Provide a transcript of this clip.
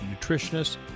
nutritionists